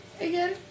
again